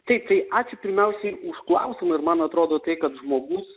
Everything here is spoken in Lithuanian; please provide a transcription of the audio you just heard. taip tai ačiū pirmiausiai už klausimą ir man atrodo tai kad žmogus